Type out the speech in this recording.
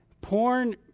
Porn